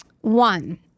one